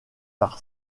par